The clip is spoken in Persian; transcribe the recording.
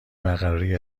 برقراری